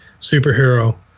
superhero